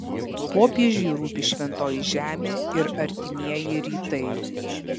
popiežiui rūpi šventoji žemė ir artimieji rytai